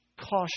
caution